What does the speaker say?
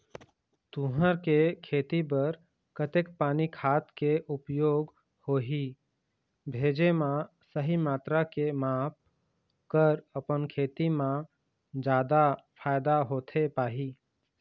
तुंहर के खेती बर कतेक पानी खाद के उपयोग होही भेजे मा सही मात्रा के माप कर अपन खेती मा जादा फायदा होथे पाही?